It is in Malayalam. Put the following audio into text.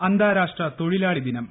ഇന്ന് അന്താരാഷ്ട്ര തൊഴിലാളി ദിനം